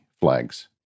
flags